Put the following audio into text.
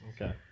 Okay